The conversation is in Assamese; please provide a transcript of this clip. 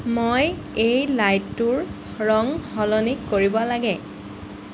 মই এই লাইটটোৰ ৰং সলনি কৰিব লাগে